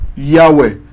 Yahweh